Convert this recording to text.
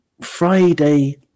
Friday